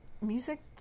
Music